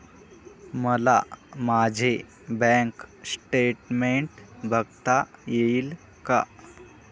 मला माझे bank statement बघता येईल का?